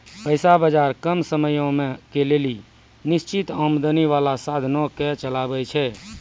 पैसा बजार कम समयो के लेली निश्चित आमदनी बाला साधनो के चलाबै छै